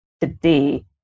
today